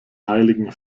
heiligen